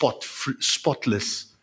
spotless